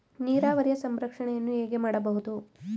ನೀರಾವರಿಯ ಸಂರಕ್ಷಣೆಯನ್ನು ಹೇಗೆ ಮಾಡಬಹುದು?